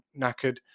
knackered